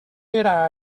era